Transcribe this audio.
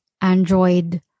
Android